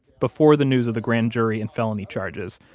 before the news of the grand jury and felony charges,